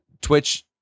Twitch